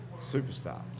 superstar